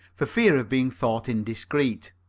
for fear of being thought indiscreet,